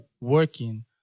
working